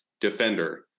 defender